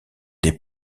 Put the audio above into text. des